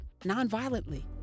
nonviolently